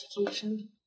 education